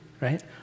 right